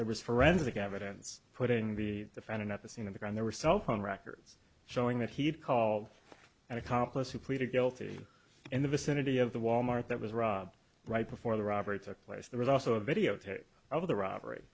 there was forensic evidence putting the defendant at the scene on the ground there were cell phone records showing that he had called an accomplice who pleaded guilty in the vicinity of the wal mart that was rob right before the robbery took place the results of a videotape of the robbery